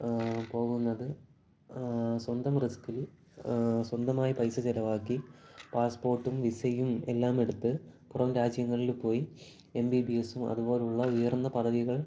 പോകുന്നത് സ്വന്തം റിസ്കിൽ സ്വന്തമായി പൈസ ചിലവാക്കി പാസ്സ്പോർട്ടും വിസയും എല്ലാമെടുത്ത് പുറം രാജ്യങ്ങളിൽ പോയി എം ബി ബി എസ്സും അതുപോലുള്ള ഉയർന്ന പദവികൾ